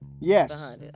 Yes